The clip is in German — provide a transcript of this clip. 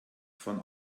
von